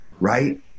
right